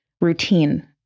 routine